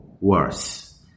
worse